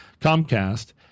Comcast